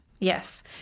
Yes